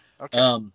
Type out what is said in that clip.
Okay